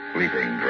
Sleeping